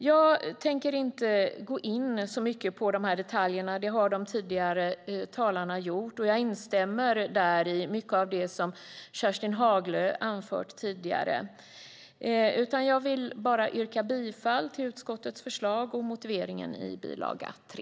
Jag tänker inte gå in så mycket på dessa detaljer. Det har de tidigare talarna gjort, och jag instämmer där i mycket av det som Kerstin Haglö anfört. Jag vill yrka bifall till utskottets förslag och motiveringen i bil. 3.